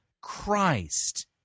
Christ